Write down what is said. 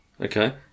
Okay